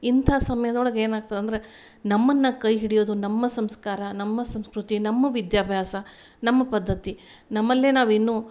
ಇಂಥ ಸಮಯದೊಳಗೇನಾಗ್ತದಂದರೆ ನಮನ್ನ ಕೈ ಹಿಡಿಯೋದು ನಮ್ಮ ಸಂಸ್ಕಾರ ನಮ್ಮ ಸಂಸ್ಕೃತಿ ನಮ್ಮ ವಿದ್ಯಾಭ್ಯಾಸ ನಮ್ಮ ಪದ್ಧತಿ ನಮಲ್ಲೇ ನಾವಿನ್ನು